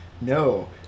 no